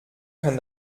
kann